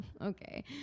okay